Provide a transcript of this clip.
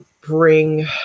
bring